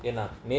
can lah late